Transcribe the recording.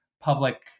public